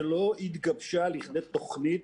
שלא התגבשה לכדי תוכנית